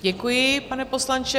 Děkuji, pane poslanče.